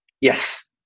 Yes